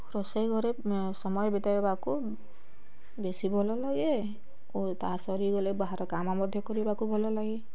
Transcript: ରୋଷେଇ ଘରେ ସମୟ ବିତାଇବାକୁ ବେଶୀ ଭଲ ଲାଗେ ଓ ତାହା ସରିଗଲେ ବାହାର କାମ ମଧ୍ୟ କରିବାକୁ ଭଲ ଲାଗେ